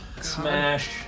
Smash